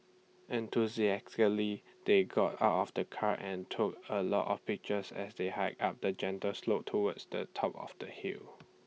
enthusiastically they got out of the car and took A lot of pictures as they hiked up A gentle slope towards the top of the hill